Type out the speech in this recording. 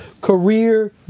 career